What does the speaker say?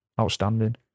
outstanding